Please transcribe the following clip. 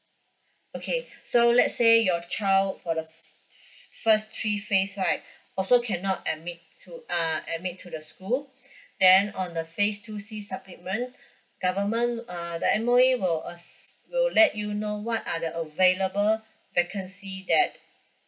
okay so let's say your child for the first three phase right also cannot admit to err admit to the school then on the phase two C supplement government uh the M_O_E will ass~ will let you know what are the available vacancy that